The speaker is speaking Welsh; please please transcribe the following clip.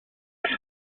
eich